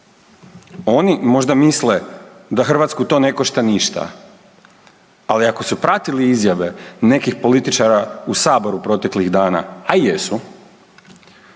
Oni možda misle da Hrvatsku to ne košta ništa, ali ako su pratili izjave nekih političara u Saboru proteklih dana a i jesu.